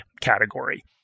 category